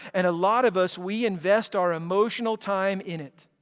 and a lot of us we invest our emotional time in it,